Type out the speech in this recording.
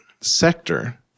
sector